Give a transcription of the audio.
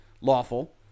lawful